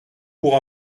pour